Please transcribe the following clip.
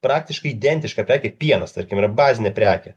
praktiškai identiška prekė pienas tarkim yra bazinė prekė